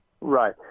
Right